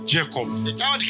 Jacob